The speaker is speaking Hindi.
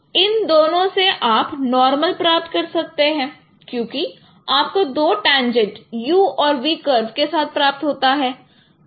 तो इन दोनों से आप नॉर्मल प्राप्त कर सकते हैं क्योंकि आपको दो टेन्जन्ट u और v कर्व के साथ प्राप्त होता है